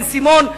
בן-סימון,